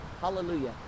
hallelujah